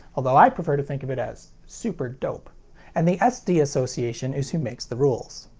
although i prefer to think of it as super dope and the sd association is who makes the rules.